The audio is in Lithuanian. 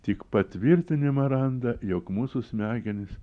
tik patvirtinimą randa jog mūsų smegenys